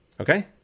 Okay